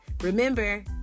Remember